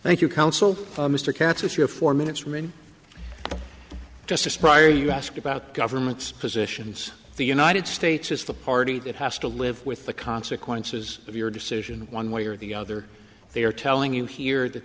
thank you counsel mr katz with your four minutes from and justice prior you asked about government's positions the united states is the party that has to live with the consequences of your decision one way or the other they are telling you here that